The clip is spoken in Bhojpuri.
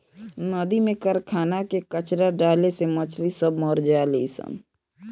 नदी में कारखाना के कचड़ा डाले से मछली सब मर जली सन